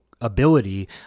ability